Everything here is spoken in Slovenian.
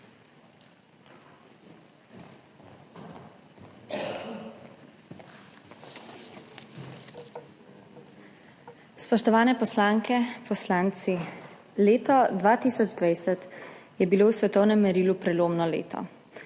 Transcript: Spoštovane poslanke, poslanci! Leto 2020 je bilo v svetovnem merilu prelomno leto,